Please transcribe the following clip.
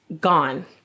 gone